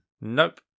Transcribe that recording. Nope